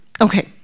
Okay